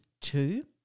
two